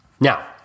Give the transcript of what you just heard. Now